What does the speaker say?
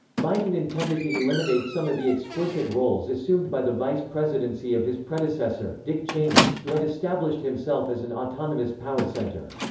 biden intended to eliminate some of the explicit roles assumed by the vice presidency of his predecessor, dick cheney, who had established himself as an autonomous power center.